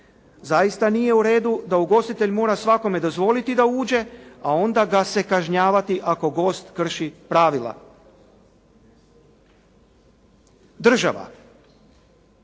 Zaista nije uredu da ugostitelj mora svakome dozvoliti da uđe, a onda ga se kažnjavati ako gost krši pravila. Država